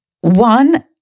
one